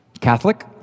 Catholic